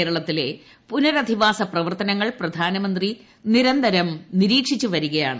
കേരളത്തിലെ പുനരധിവാസ പ്രവർത്തനങ്ങൾ പ്രധാനമന്ത്രി നിരന്തരം നിരീക്ഷിച്ചുവരികയാണ്